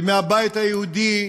ומהבית היהודי,